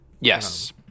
yes